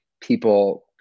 people